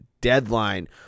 deadline